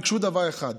ביקשו דבר אחד: